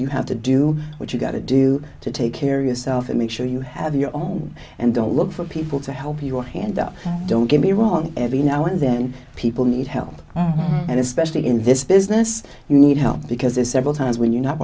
you have to do what you gotta do to take care of yourself and make sure you have your own and don't look for people to help your hand up don't get me wrong every now and then people need help and especially in this business you need help because there's several times when you're not